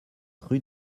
rue